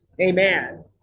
Amen